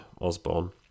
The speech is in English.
Osborne